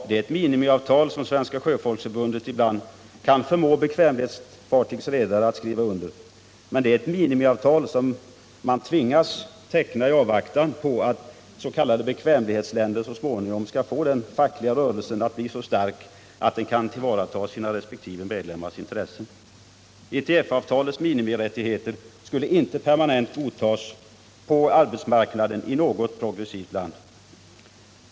Det är ett minimiavtal som Svenska sjöfolksförbundet ibland kan förmå bekvämlighetsregistrerade fartygs redare att skriva under. Men det är ett minimiavtal som man tvingas teckna i avvaktan på att s.k. bekvämlighetsländer så småningom skall få en så stark facklig rörelse att den kan tillvarata sina resp. medlemmars intressen. ITF-avtalets minimirättigheter skulle inte permanent godtas på arbetsmarknaden i något progressivt land.